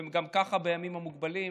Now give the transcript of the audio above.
והם גם ככה בימים מוגבלים,